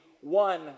one